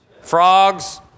Frogs